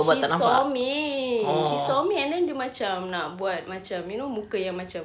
she saw me she saw me and then dia macam nak buat macam you know muka yang macam